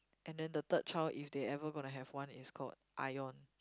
and then the third child if they ever gonna have one is called Ion